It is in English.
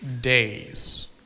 days